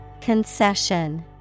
Concession